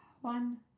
one